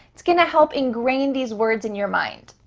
it's gonna help ingrain these words in your mind.